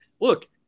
look